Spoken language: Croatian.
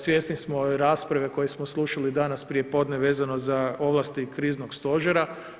Svjesni smo rasprave koju smo slušali danas prijepodne vezano za ovlasti Kriznog stožera.